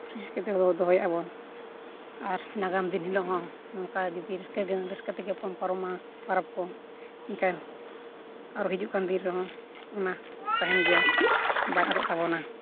ᱫᱚᱦᱚᱭᱮᱫᱟᱵᱚᱱ ᱟᱨ ᱱᱟᱜᱟᱢ ᱫᱤᱱ ᱦᱤᱞᱳᱜ ᱦᱚᱸ ᱱᱚᱝᱠᱟᱜᱮ ᱡᱩᱫᱤ ᱯᱟᱨᱚᱢᱟ ᱯᱚᱨᱚᱵᱽ ᱠᱚ ᱮᱱᱠᱷᱟᱱ ᱟᱨᱦᱚᱸ ᱦᱤᱡᱩᱜ ᱠᱟᱱ ᱫᱤᱱ ᱨᱮᱦᱚᱸ ᱚᱱᱟ ᱛᱟᱦᱮᱱ ᱜᱮᱭᱟ ᱵᱟᱭ ᱟᱫᱚᱜ ᱛᱟᱵᱚᱱᱟᱭ